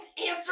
answer